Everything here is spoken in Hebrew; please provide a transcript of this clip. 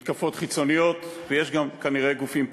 מתקפות חיצוניות, ויש כנראה גם גופים פנימיים,